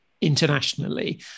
internationally